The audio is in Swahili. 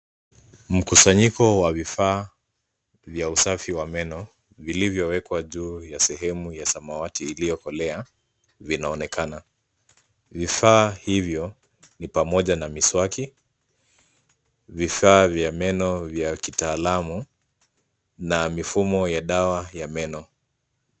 Mkusanyiko wa vifaa vya usafi wa meno vilivyowekwa juu ya sehemu ya samawati iliyokolea vinaonekana. Vifaa hivyo ni pamoja na miswaki, vifaa vya meno vya kitaalamu na mifumo ya dawa ya meno.